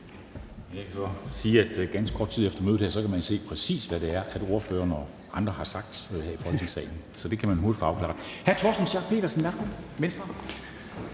Jeg kan sige, at ganske kort tid efter mødet her kan man se, præcis hvad det er, ordføreren og andre har sagt her i Folketingssalen. Så det kan man hurtigt få afklaret. Hr. Torsten Schack Pedersen, Venstre.